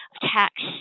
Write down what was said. tax